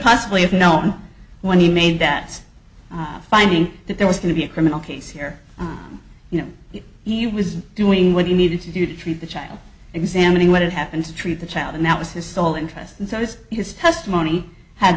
possibly have known when he made that finding that there was going to be a criminal case here you know he was doing what he needed to do to treat the child examining what had happened to treat the child and that was his sole interest and so this his testimony had